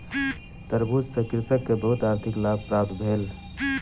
तरबूज सॅ कृषक के बहुत आर्थिक लाभ प्राप्त भेल